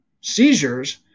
seizures